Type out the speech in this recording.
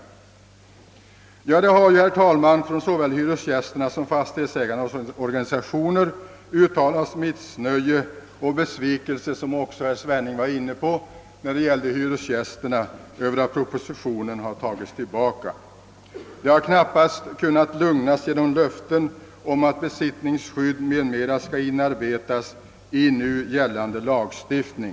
Det har som bekant, herr talman, från såväl hyresgästernas — vilket herr Svenning berörde — som fastighetsägarnas organisationer uttalats missnöje med att propositionen dragits tillbaka. Oron bland hyresgästerna har knappast kunnat lugnas genom löften om att besittningsskydd m.m. skall inarbetas i gällande lagstiftning.